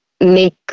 make